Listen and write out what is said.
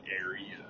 area